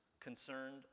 concerned